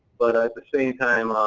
but at the same time,